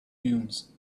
dunes